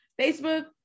facebook